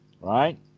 right